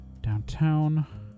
downtown